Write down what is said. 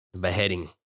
Beheading